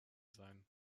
seien